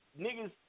niggas